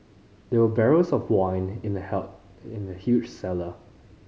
there were barrels of wine in the in the huge cellar